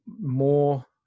more